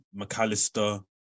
McAllister